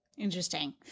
Interesting